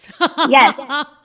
Yes